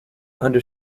under